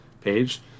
page